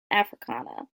africana